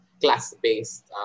class-based